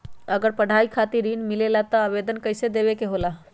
अगर पढ़ाई खातीर ऋण मिले ला त आवेदन कईसे देवे के होला?